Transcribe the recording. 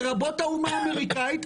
לרבות האומה האמריקנית,